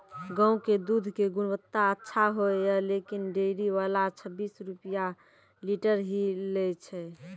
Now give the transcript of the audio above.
गांव के दूध के गुणवत्ता अच्छा होय या लेकिन डेयरी वाला छब्बीस रुपिया लीटर ही लेय छै?